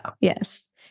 Yes